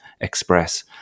express